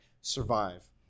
survive